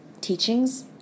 teachings